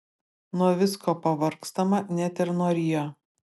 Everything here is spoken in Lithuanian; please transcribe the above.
nuo visko pavargstama net ir nuo rio